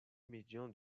médian